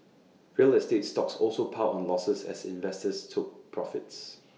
real estate stocks also piled on losses as investors took profits